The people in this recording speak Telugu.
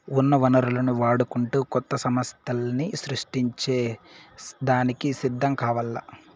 ఉన్న వనరులను వాడుకుంటూ కొత్త సమస్థల్ని సృష్టించే దానికి సిద్ధం కావాల్ల